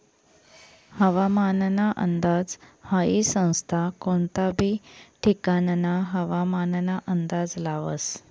हवामानना अंदाज हाई संस्था कोनता बी ठिकानना हवामानना अंदाज लावस